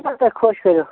یوٗتاہ تۄہہِ خۄش کٔرِو